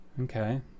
okay